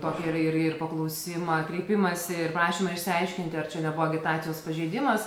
tokį ir ir paklausimą kreipimąsi ir prašymą išsiaiškinti ar čia nebuvo agitacijos pažeidimas